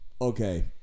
okay